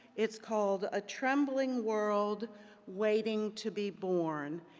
it's called a trembling world waiting to be born.